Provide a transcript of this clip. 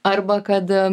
arba kad a